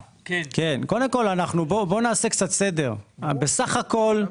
קודם כל, בואו נעשה קצת סדר: בסך הכל,